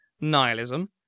nihilism